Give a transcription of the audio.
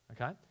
Okay